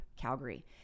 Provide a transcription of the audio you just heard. Calgary